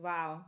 Wow